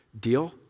Deal